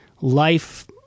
life